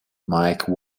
mike